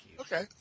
Okay